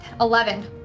Eleven